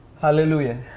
Hallelujah